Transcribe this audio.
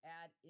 add